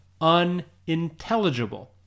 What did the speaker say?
unintelligible